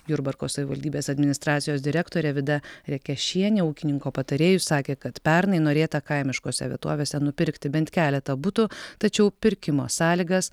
jurbarko savivaldybės administracijos direktorė vida rekešienė ūkininko patarėjui sakė kad pernai norėta kaimiškose vietovėse nupirkti bent keletą butų tačiau pirkimo sąlygas